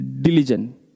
Diligent